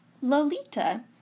Lolita